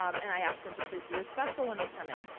um and i ask them to please be respectful when they come in.